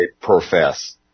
profess